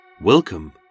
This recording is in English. Welcome